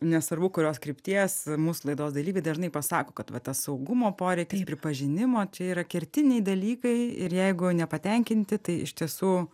nesvarbu kurios krypties mūsų laidos dalyviai dažnai pasako kad va tas saugumo poreikis pripažinimo čia yra kertiniai dalykai ir jeigu nepatenkinti tai iš tiesų